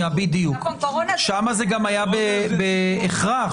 שם זה היה בהכרח.